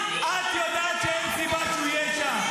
את יודעת שאין סיבה שהוא יהיה שם.